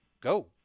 Go